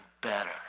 better